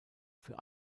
für